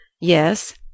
yes